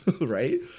right